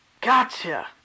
Gotcha